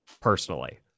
personally